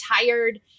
tired